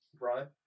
Right